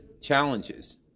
challenges